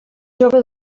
jove